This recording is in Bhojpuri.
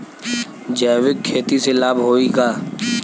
जैविक खेती से लाभ होई का?